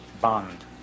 bond